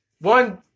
One